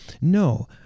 no